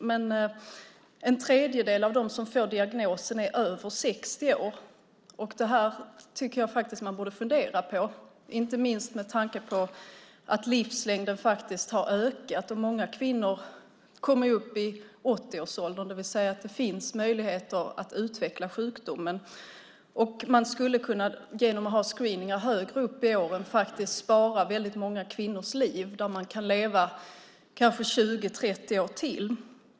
Men en tredjedel av dem som får diagnosen är över 60 år. Det här tycker jag faktiskt att man borde fundera på, inte minst med tanke på att livslängden har ökat. Många kvinnor kommer upp i 80-årsåldern, det vill säga att det finns möjligheter att utveckla sjukdomen. Man skulle, genom att ha screeningar högre upp i åren, faktiskt kunna spara väldigt många kvinnors liv då de kan leva kanske 20-30 år till.